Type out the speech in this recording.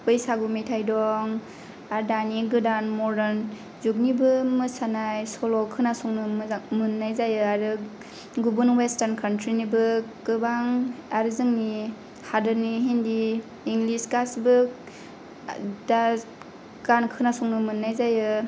अफायबा बैसागु मेथाय दं आरो दानि मर्दान जुगनिबो मोसानाय सल' खोनासंनो मोजां मोननाय जायो आरो गुबुन वयेसर्टान कानट्रिनि बो गोबां आरो जोंनि हादरनि हिन्दि इंलिस गासिबो दा गान खोना संनो मोननाय जायो